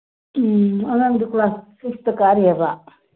ꯎꯝ ꯑꯉꯥꯡꯗꯨ ꯀ꯭ꯂꯥꯁ ꯁꯤꯛꯁꯇ ꯀꯥꯔꯤꯌꯦꯕ